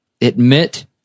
admit